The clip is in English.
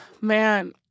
man